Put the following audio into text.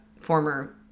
former